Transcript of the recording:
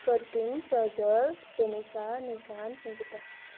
Pradyum Prajwal Jenisa Nishant Nikita